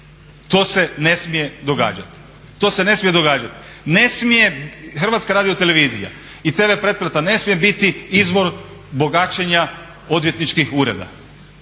to se ne smije događati, ne smije HRT i TV pretplata ne smije biti izvor bogaćenja odvjetničkih ureda.